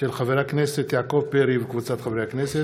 של חבר הכנסת יעקב פרי וקבוצת חברי הכנסת.